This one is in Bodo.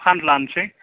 फानलानोसै